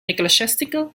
ecclesiastical